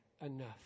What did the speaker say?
enough